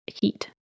heat